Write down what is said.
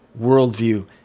worldview